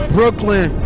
Brooklyn